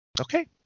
okay